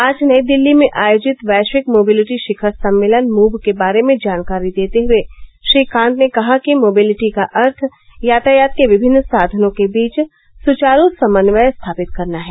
आज नई दिल्ली में आयोजित वैश्विक मोबिलिटी शिखर सम्मेलन मूव के बारे में जानकारी देते हुए श्री कांत ने कहा कि मोबिलिटी का अर्थ यातायात के विभिन्न साधनों के बीच सूचारू समन्वय स्थापित करना है